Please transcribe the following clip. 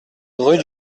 rue